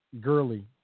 Gurley